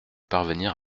parvenir